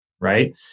Right